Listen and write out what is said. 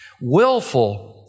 willful